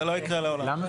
זה לא יקרה לעולם.